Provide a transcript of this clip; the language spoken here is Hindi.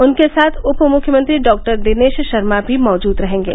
उनके साथ उप मुख्यमंत्री डॉ दिनेश शर्मा भी मौजूद रहेंगे